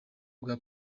rwa